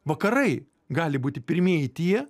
vakarai gali būti pirmieji tie